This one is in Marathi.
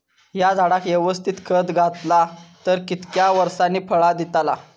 हया झाडाक यवस्तित खत घातला तर कितक्या वरसांनी फळा दीताला?